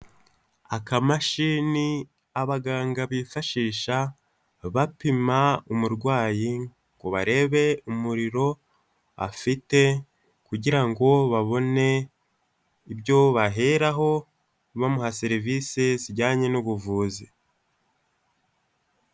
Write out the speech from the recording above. Akamashini abaganga bifashisha bapima umurwayi ngo barebe umuriro afite kugira ngo babone ibyo baheraho bamuha serivisi zijyanye n'ubuvuzi.